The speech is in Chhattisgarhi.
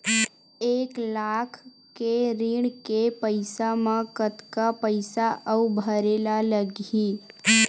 एक लाख के ऋण के पईसा म कतका पईसा आऊ भरे ला लगही?